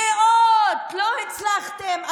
מאות, לא הצלחתם?